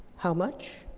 how much?